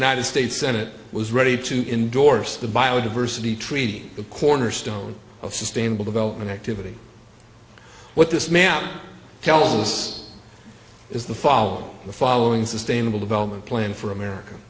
united states senate was ready to endorse the biodiversity treaty the cornerstone of sustainable development activity what this man tells us is the follow on the following sustainable development plan for america